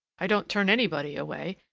i don't turn anybody away,